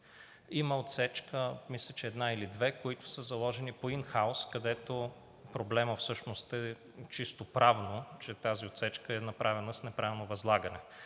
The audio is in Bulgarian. Има отсечка – мисля, че една или две, които са заложени по ин хаус, където проблемът всъщност е чисто правно, че тази отсечка е направена с неправилно възлагане